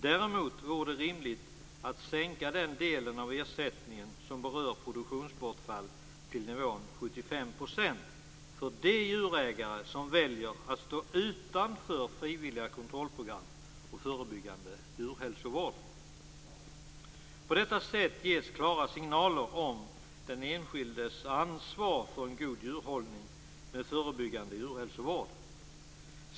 Däremot vore det rimligt att sänka den del av ersättningen som berör produktionsbortfall till nivån 75 % för de djurägare som väljer att stå utanför frivilliga kontrollprogram och förebyggande djurhälsovård. På detta sätt ges klara signaler om den enskildes ansvar för en god djurhållning med förebyggande djurhälsovård.